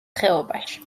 ხეობაში